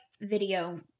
video